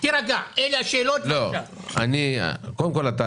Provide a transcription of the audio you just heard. גברתי השרה, אני רוצה לאחל לך ולצוות